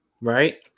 right